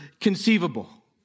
conceivable